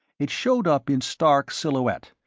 it showed up in stark silhouette,